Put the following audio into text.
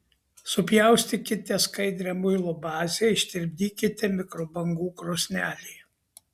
supjaustykite skaidrią muilo bazę ištirpdykite mikrobangų krosnelėje